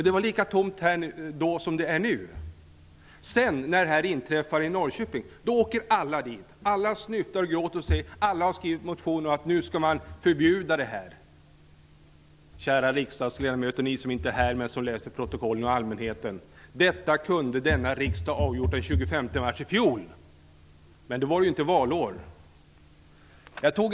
Det var lika tomt här då som det är nu. Men sedan, när det här inträffade i Norrköping, då åkte alla dit. Alla snyftade och grät, och alla har nu skrivit motioner om att man ska förbjuda barnpornografi. Kära riksdagsledamöter, ni som inte är här men som läser protokollen, och allmänheten! Detta kunde denna riksdag ha gjort den 25 mars i fjol. Men då var det ju inte valår!